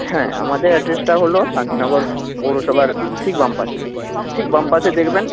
হ্যাঁ আমাদের অ্যাড্রেসটা হলো শান্তিনগর পৌরসভার ঠিক বাম পাশে ঠিক বাম পাশে দেখবেন